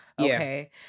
Okay